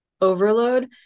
overload